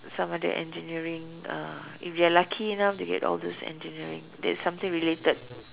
some of the engineering uh if they are lucky enough they get all those engineering that's something related